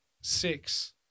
six